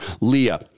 Leah